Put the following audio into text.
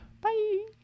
Bye